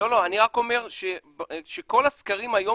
כל הסקרים היום